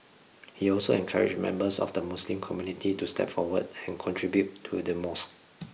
he also encouraged members of the Muslim Community to step forward and contribute to the mosque